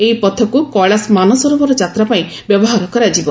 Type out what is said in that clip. ଏହି ପଥକୁ କୈଳାସ ମାନସରୋବର ଯାତ୍ରା ପାଇଁ ବ୍ୟବହାର କରାଯିବ